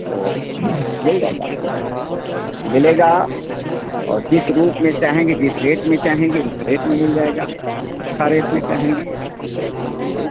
तो मिल जाएगा आपको मिलेगा और जिस रूप में चाहेंगी जिस रेट में चाहेंगी उस रेट में मिल जाएगा अच्छा रेट में चाहेंगी ठीक है न